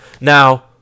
Now